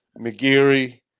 mcgeary